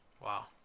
Wow